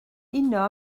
uno